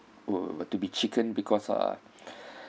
were to be chicken because uh